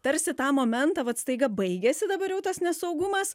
tarsi tą momentą vat staiga baigėsi dabar jau tas nesaugumas